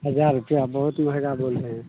हज़ार रुपया बहुत महँगा बोल रहे हैं